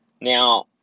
Now